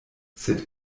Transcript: sed